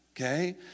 okay